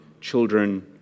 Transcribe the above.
children